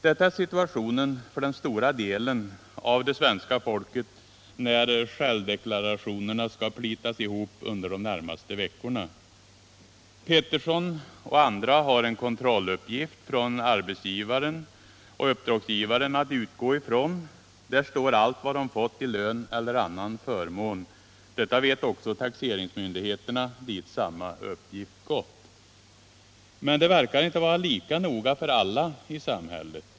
Detta är situationen för den stora delen av det svenska folket när självdeklarationen skall plitas ihop under de närmaste veckorna. Pettersson och andra har en kontrolluppgift från arbetsgivaren att utgå ifrån. Där står allt - Nr 64 vad de fått i lön eller annan förmån. Detta vet också taxeringsmyndigheterna, dit samma uppgift gått. Men det verkar inte att vara lika noga för alla i samhället.